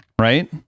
right